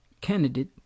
candidate